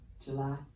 July